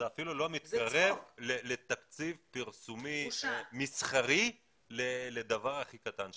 זה אפילו לא מתקרב לתקציב פרסומי מסחרי לדבר הכי קטן שיש.